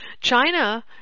China